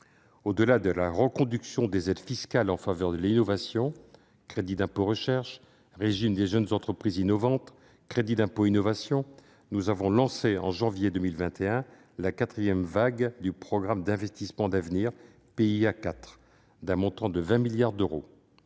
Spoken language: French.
Au-delà de la reconduction des aides fiscales en faveur de l'innovation- je pense au crédit d'impôt recherche (CIR) et au régime des jeunes entreprises innovantes ou crédit d'impôt innovation -, nous avons lancé, au mois de janvier 2021, la quatrième vague du programme d'investissements d'avenir (PIA4), d'un montant de 20 milliards d'euros.